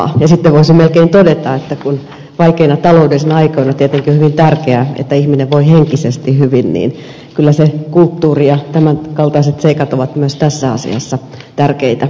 sitten voisin melkein todeta että kun vaikeina taloudellisina aikoina tietenkin on hyvin tärkeää että ihminen voi henkisesti hyvin niin kyllä kulttuuri ja tämän kaltaiset seikat ovat myös tässä asiassa tärkeitä vetureita